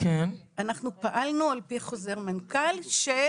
אנחנו פעלנו על פי חוזר מנכ"ל של